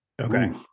Okay